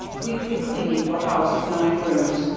weekly cleaning for house of nine rooms,